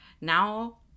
Now